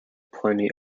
plenty